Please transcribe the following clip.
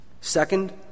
Second